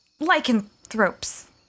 lycanthropes